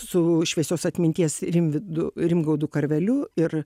su šviesios atminties rimvydu rimgaudu karveliu ir